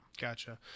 Gotcha